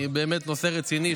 באמת נושא רציני,